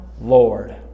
lord